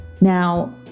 Now